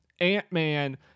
Ant-Man